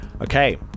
Okay